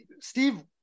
steve